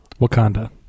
Wakanda